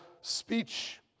speech